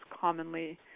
commonly